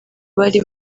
bari